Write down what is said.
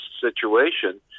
situation